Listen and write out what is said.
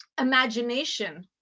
imagination